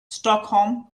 stockholm